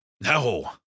No